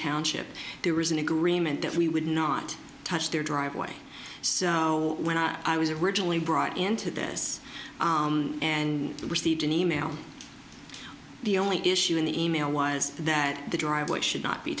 township there was an agreement that we would not touch their driveway so when i was originally brought into this and received an e mail the only issue in the email was that the driveway should not be